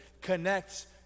connects